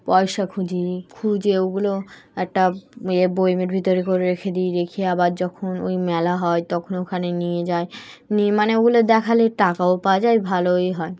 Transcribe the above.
পয়সা খুঁজি খুঁজে ওগুলো একটা ইয়ে বয়ামের ভিতরে করে রেখে দিই রেখে আবার যখন ওই মেলা হয় তখন ওখানে নিয়ে যায় নিয়ে মানে ওগুলো দেখালে টাকাও পাওয়া যায় ভালোই হয়